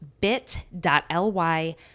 bit.ly